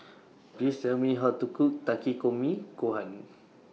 Please Tell Me How to Cook Takikomi Gohan